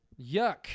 Yuck